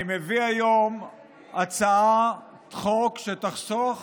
אני מביא היום הצעת חוק שתחסוך